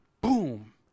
Boom